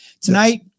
tonight